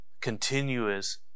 Continuous